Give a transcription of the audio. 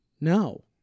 No